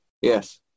Yes